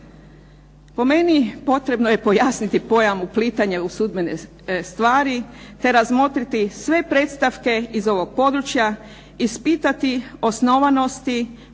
Po meni potrebno je pojasniti pojam uplitanja u sudbene stvari, te razmotriti sve predstavke iz ovoga područja, ispitati osnovanosti